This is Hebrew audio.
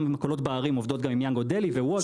גם המכולות בערים עובדות עם yango deli ו-wolt .